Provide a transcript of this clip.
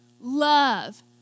love